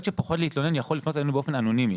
שפוחד להתלונן יכול לפנות אלינו באופן אנונימי